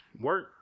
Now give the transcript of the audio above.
work